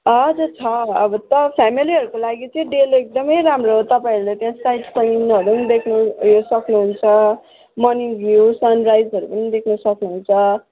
हजुर छ अब त फ्यामिलीहरूको लागि चाहिँ डेलो एकदम राम्रो हो तपाईँहरूलाई साइन्स पनिहरू पनि देख्न सक्नु हुन्छ मर्निङ्ग भ्युस सनराइजहरू पनि देख्न सक्नु हुन्छ